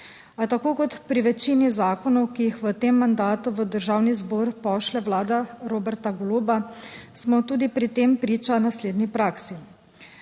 tako kot pri večini zakonov, ki jih v tem mandatu v Državni zbor pošlje Vlada Roberta Goloba smo tudi pri tem priča naslednji praksi.